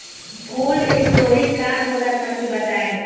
Cold storage का होला तनि बताई?